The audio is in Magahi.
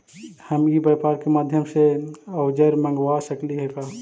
हम ई व्यापार के माध्यम से औजर मँगवा सकली हे का?